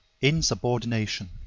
insubordination